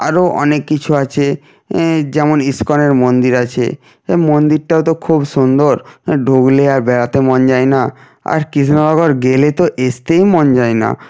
আরও অনেক কিছু আছে যেমন ইস্কনের মন্দির আছে এ মন্দিরটাও তো খুব সুন্দর হ্যাঁ ঢুকলে আর বেরাতে মন যায় না আর কৃষ্ণনগর গেলে তো আসতেই মন যায় না